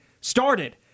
started